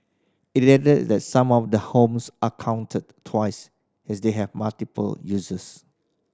it added that some of the homes are counted twice as they have multiple uses